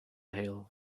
hail